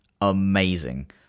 amazing